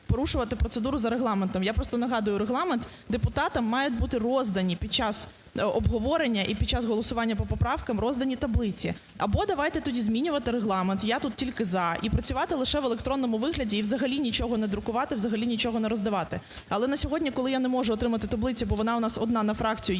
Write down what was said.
порушувати процедуру за Регламентом. Я просто нагадую Регламент: депутатам мають бути роздані, під час обговорення і під час голосування по поправкам роздані таблиці. Або давайте тоді змінювати Регламент, я тут тільки "за", і працювати лише в електронному вигляді, і взагалі нічого не друкувати, взагалі нічого не роздавати. Але на сьогодні, коли я не можу отримати таблицю, бо вона у нас одна на фракцію,